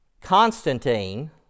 Constantine